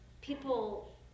people